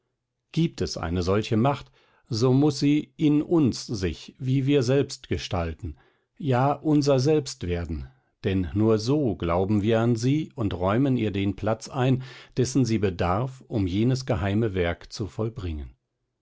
gibt es eine solche macht so muß sie in uns sich wie wir selbst gestalten ja unser selbst werden denn nur so glauben wir an sie und räumen ihr den platz ein dessen sie bedarf um jenes geheime werk zu vollbringen